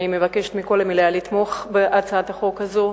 אני מבקשת מהמליאה לתמוך בהצעת החוק הזאת,